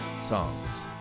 songs